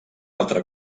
altra